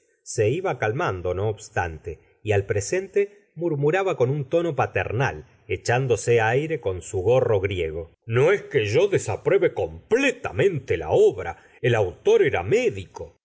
se iba calmando no obstante y al presente murmuraba con un tono paternal echándose aire con su gorro griego no es que yo desapruebe completamente la obra el autor era médico